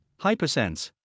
Hypersense